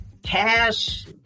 Cash